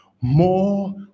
more